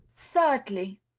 thirdly.